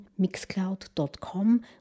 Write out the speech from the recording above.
Mixcloud.com